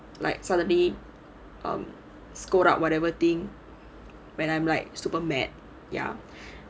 不要 like suddenly um screw up whatever things when I'm like super mad ya